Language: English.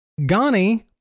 Ghani